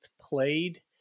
played